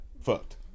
fucked